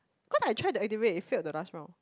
cause I try to activate it failed the last round